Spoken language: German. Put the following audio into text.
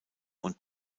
und